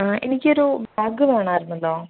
ആ എനിക്കൊരു ബാഗ് വേണമായിരുന്നല്ലോ